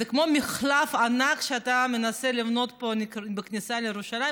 זה כמו המחלף הענק שאתה מנסה לבנות פה בכניסה לירושלים,